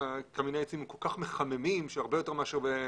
קמיני עצים כל כך מחממים ואפקטיביים הרבה יותר ממזגנים,